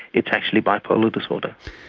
it's actually bipolar disorder.